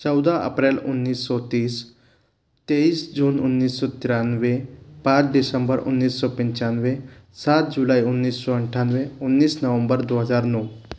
चौदह अप्रैल उन्नीस सौ तीस तेईस जून उन्नीस सौ तिरानवे पाँच दिसम्बर उन्नीस सौ पिंचानवे सात जुलाई उन्नीस सौ अनठानवे उन्नीस नवम्बर दो हज़ार नौ